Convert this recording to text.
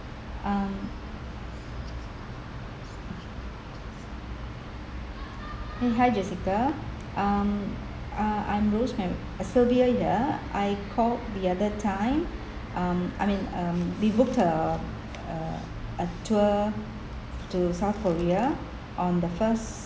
um eh hi jassica um uh I'm rosemary sylvia here I called the other time um I mean um we booked uh uh a tour to south korea on the first